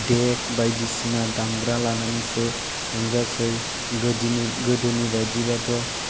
देक बायदिसिना दामग्रा लानानैसो रंजायो गोदोनि बायदिब्लाथ'